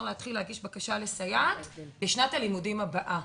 להתחיל להגיש בקשה לסייעת לשנת הלימודים הבאה.